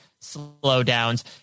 slowdowns